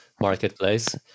marketplace